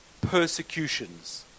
persecutions